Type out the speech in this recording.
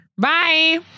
bye